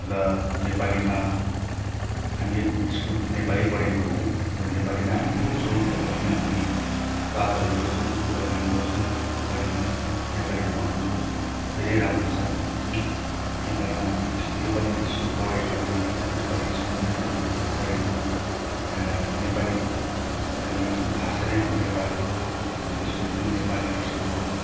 र नेपालीमा हामी स्कुल नेपाली पढेको हुँ नेपालीमा हामी बोल्छौं नेपालीमै हामी बातहरू गर्छौँ कुराकानी गर्छौँ नेपालीमै नेपालीको अनुभव धेरै राम्रो छ नेपालीमा हामी इस् नेपाली स्कुल पढेको हामीले नेपाली स्कुलमै हामी पढेको नेपाली हामी भाषा नै हाम्रो नेपाली हो स्कुल पनि नेपाली हाई स्कुल हो